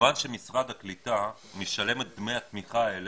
מכיוון שמשרד הקליטה משלם את דמי התמיכה האלה,